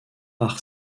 par